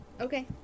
Okay